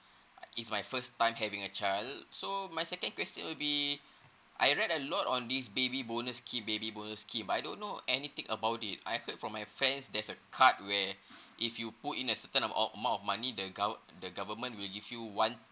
is my first time having a child so my second question will be I read a lot on this baby bonus scheme baby bonus scheme but I don't know anything about it I heard from my friends there's a card where if you put in a certain a~ amount of money the gorv~ the government will give you one